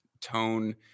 tone